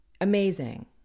Amazing